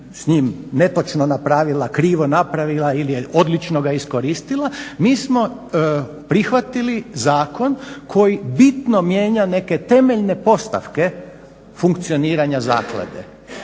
s njim netočno napravila, krivo napravila ili je odlično ga iskoristila mi smo prihvatili zakon koji bitno mijenja neke temeljne postavke funkcioniranja zaklade.